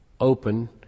open